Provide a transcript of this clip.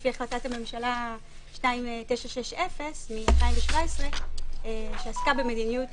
לפי החלטת הממשלה 2960 מ-2017, שעסקה במדיניות